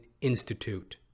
Institute